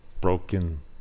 broken